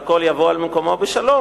והכול יבוא על מקומו בשלום,